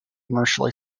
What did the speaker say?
commercially